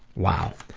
wow!